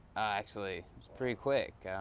actually, it's pretty quick.